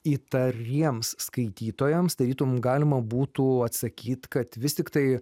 įtariems skaitytojams tarytum galima būtų atsakyt kad vis tiktai